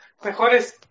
Mejores